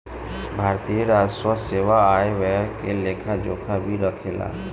भारतीय राजस्व सेवा आय व्यय के लेखा जोखा भी राखेले